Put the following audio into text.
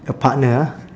a partner ah